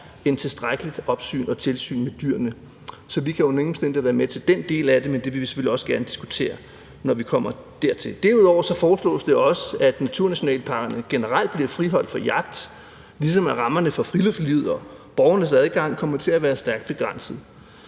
er tilstrækkeligt opsyn og tilsyn med dyrene. Så vi kan under ingen omstændigheder være med til den del af det, men det vil vi selvfølgelig også gerne diskutere, når vi kommer dertil. Derudover foreslås det også, at naturnationalparkerne generelt bliver friholdt fra jagt, ligesom rammerne for friluftslivet og borgernes adgang kommer til at være stærkt begrænset.